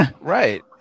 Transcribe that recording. Right